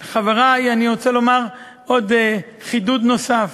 חברי, אני רוצה לומר עוד חידוד נוסף